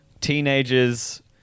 teenagers